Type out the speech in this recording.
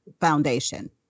foundation